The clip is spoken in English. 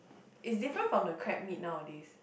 it's different from the crab meat nowadays